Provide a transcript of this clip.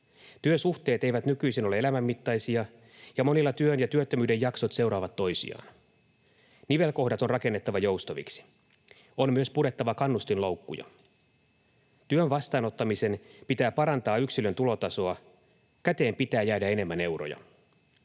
Työsuhteet eivät nykyisin ole elämänmittaisia, ja monilla työn ja työttömyyden jaksot seuraavat toisiaan. Nivelkohdat on rakennettava joustaviksi. On myös purettava kannustinloukkuja. Työn vastaanottamisen pitää parantaa yksilön tulotasoa. Käteen pitää jäädä enemmän euroja.